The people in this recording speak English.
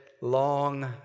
Long